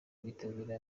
bitabira